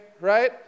right